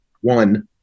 one